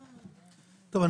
טוב,